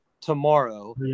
tomorrow